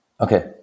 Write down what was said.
Okay